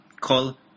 call